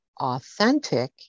authentic